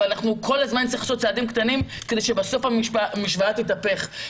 אבל כל הזמן צריך לעשות צעדים קטנים כדי שבסוף המשוואה תתהפך.